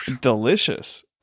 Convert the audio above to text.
Delicious